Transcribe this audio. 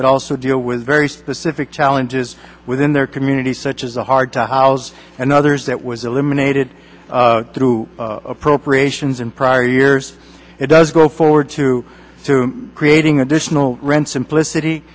but also deal with very specific challenges within their community such as the hard to house and others that was eliminated through appropriations in prior years it does go forward to creating additional rents simplicity